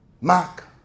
Mark